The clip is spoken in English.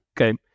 okay